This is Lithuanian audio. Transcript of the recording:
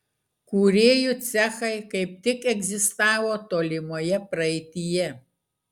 kūrėjų cechai kaip tik egzistavo tolimoje praeityje